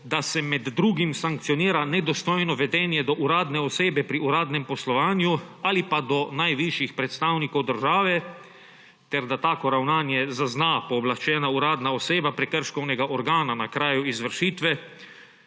da se med drugim sankcionira nedostojno vedenje do uradne osebe pri uradnem poslovanju ali pa do najvišjih predstavnikov države ter da tako ravnanje zazna pooblaščena uradna oseba prekrškovnega organa na kraju izvršitve,